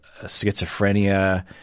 schizophrenia